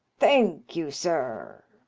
thank you, sir.